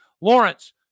Lawrence